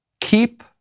keep